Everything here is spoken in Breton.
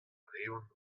reont